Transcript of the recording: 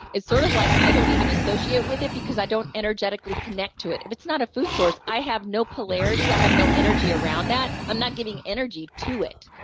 it's sort of like, i don't even associate with it because i don't energetically connect to it. if it's not a food source, i have no polarity, i have no energy around that, i'm not giving energy to it.